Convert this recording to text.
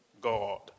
God